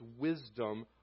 wisdom